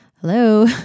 hello